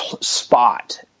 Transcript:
spot